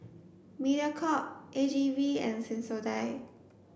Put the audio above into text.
Mediacorp A G V and Sensodyne